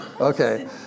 Okay